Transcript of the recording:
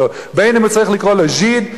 בין שהוא צריך לקרוא לו "ז'יד",